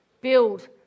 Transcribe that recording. build